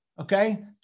okay